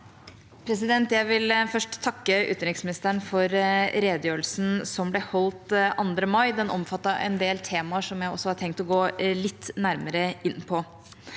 le- der): Jeg vil først takke utenriksministeren for redegjørelsen som ble holdt 2. mai. Den omfattet en del temaer som jeg har tenkt å gå litt nærmere inn på.